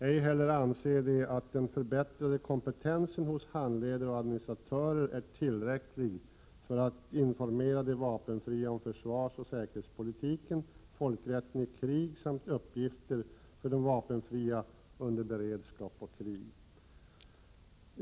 Ej heller anser de att den förbättrade kompetensen hos handledare och administratörer är tillräcklig för att informera de vapenfria om försvarsoch säkerhetspolitiken, folkrätten i krig samt uppgifter för de vapenfria under beredskap och krig.